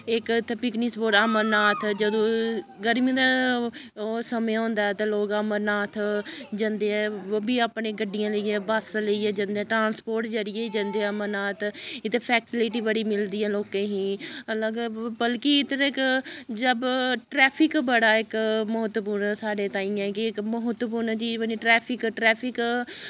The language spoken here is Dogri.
इक इत्थै पिकनिक स्पाट अमरनाथ जदूं गर्मी दा समें होंदा ऐ ते लोक अमरनाथ जंदे ऐ ओह् बी अपनी गड्डियां लेइयै बस्स लेइयै जंदे ऐ ट्रांस्पोर्ट दे जरिये जंदे ऐ अमरनाथ इत्थै फैसलिटी बड़ी मिलदी ऐ लोकें गी अलग बल्कि इद्धर तक जब ट्रैफिक बड़ा इक म्हत्तवपूर्ण ऐ साढ़े ताईं ऐ कि इक म्हत्तवपूर्ण जीवन ट्रैफिक ट्रैफिक